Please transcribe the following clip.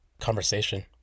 conversation